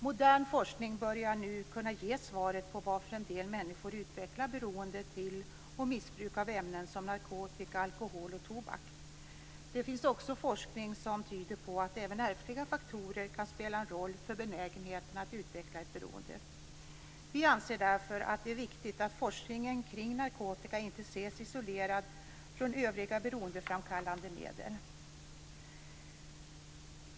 Modern forskning börjar nu att kunna ge svaret på varför en del människor utvecklar beroende till och missbruk av ämnen som narkotika, alkohol och tobak. Det finns också forskning som tyder på att även ärftliga faktorer kan spela en roll för benägenheten att utveckla ett beroende. Vi anser därför att det är viktigt att forskningen kring narkotika inte ses isolerad från övriga beroendeframkallande medel.